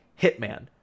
hitman